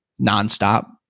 nonstop